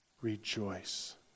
Rejoice